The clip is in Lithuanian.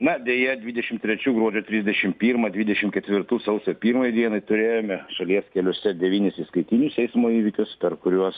na deja dvidešimt trečių gruodžio trisdešimt pirmą dvidešimt ketvirtų sausio pirmai dienai turėjome šalies keliuose devynis įskaitinius eismo įvykius per kuriuos